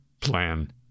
plan